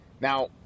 Now